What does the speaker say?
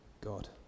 God